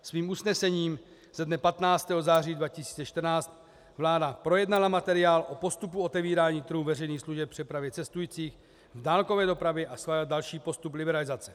Svým usnesením ze dne 15. září 2014 vláda projednala materiál o postupu otevírání trhu veřejných služeb v přepravě cestujících, v dálkově dopravě a schválila další postup liberalizace.